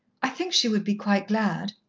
i think she would be quite glad.